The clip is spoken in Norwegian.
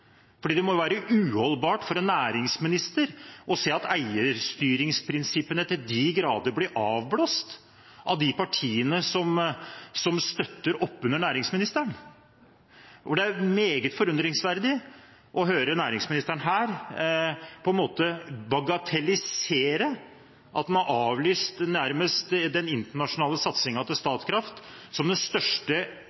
det må være uholdbart for en næringsminister å se at eierstyringsprinsippene til de grader blir avblåst av de partiene som støtter opp under næringsministeren. Og det er med stor forundring jeg hører næringsministeren her på en måte bagatellisere at man nærmest har avlyst den internasjonale satsingen til Statkraft – som den største